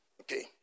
Okay